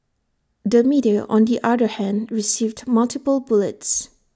the media on the other hand received multiple bullets